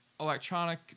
electronic